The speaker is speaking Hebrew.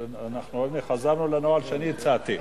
הנה חזרנו לנוהל שאני הצעתי.